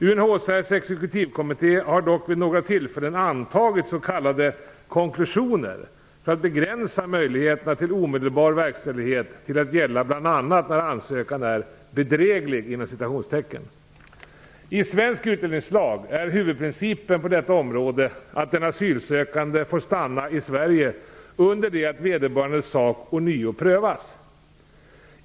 UNHCR:s exekutivkommitté har dock vid några tillfällen antagit s.k. konklusioner för att begränsa möjligheterna till omedelbar verkställighet till att gälla bl.a. när ansökan är "bedräglig". I svensk utlänningslag är huvudprincipen på detta område att den asylsökande får stanna i Sverige under det att vederbörandes sak ånyo prövas.